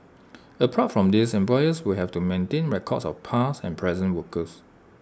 apart from these employers will have to maintain records of all past and present workers